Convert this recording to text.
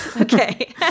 Okay